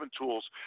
tools